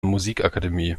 musikakademie